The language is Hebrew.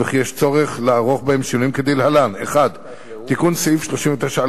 וכי יש צורך לערוך בהם שינויים כדלהלן: 1. תיקון סעיף 39(א)(2)